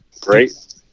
great